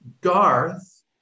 Garth